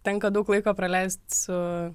tenka daug laiko praleist su